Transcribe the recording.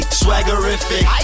swaggerific